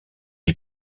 est